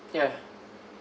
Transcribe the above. yeah